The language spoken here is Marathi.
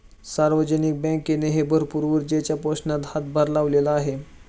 सार्वजनिक बँकेनेही भरपूर ऊर्जेच्या पोषणात हातभार लावलेला आहे